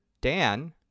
Dan